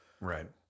Right